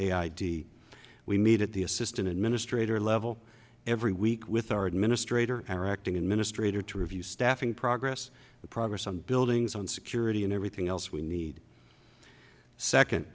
id we meet at the assistant administrator level every week with our administrator our acting administrator to review staffing progress the progress on buildings on security and everything else we need second